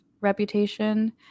Reputation